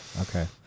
Okay